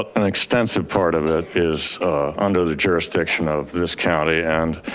and extensive part of it is under the jurisdiction of this county. and